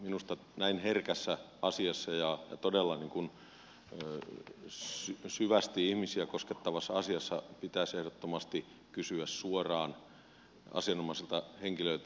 minusta näin herkässä ja todella syvästi ihmisiä koskettavassa asiassa pitäisi ehdottomasti kysyä suoraan asianomaiselta henkilöltä